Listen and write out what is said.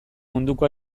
munduko